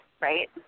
right